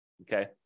okay